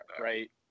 right